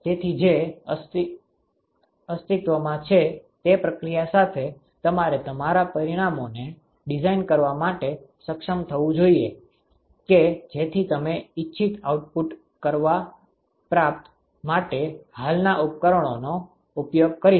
તેથી જે અસ્તિત્વમાં છે તે પ્રક્રિયા સાથે તમારે તમારા પરિમાણોને ડિઝાઇન કરવા માટે સક્ષમ થવું જોઈએ કે જેથી તમે ઇચ્છિત આઉટપુટ પ્રાપ્ત કરવા માટે હાલના ઉપકરણોનો ઉપયોગ કરી શકો